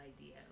idea